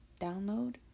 download